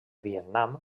vietnam